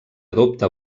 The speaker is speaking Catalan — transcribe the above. adopta